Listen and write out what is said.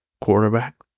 quarterback